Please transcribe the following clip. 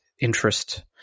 interest